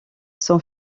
son